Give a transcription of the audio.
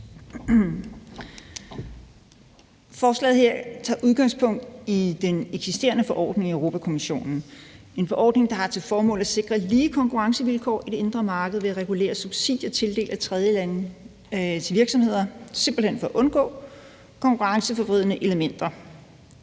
Forslaget her tager udgangspunkt i den eksisterende forordning i Europa-Kommissionen, en forordning, der har til formål at sikre lige konkurrencevilkår i det indre marked ved at regulere subsidier til tredjelandes virksomheder simpelt hen for at undgå konkurrenceforvridende elementer.